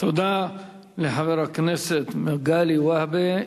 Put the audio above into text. תודה לחבר הכנסת מגלי והבה.